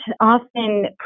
often